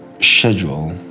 schedule